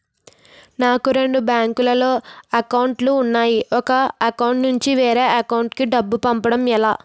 నాకు రెండు బ్యాంక్ లో లో అకౌంట్ లు ఉన్నాయి ఒక అకౌంట్ నుంచి వేరే అకౌంట్ కు డబ్బు పంపడం ఎలా?